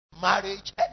Marriage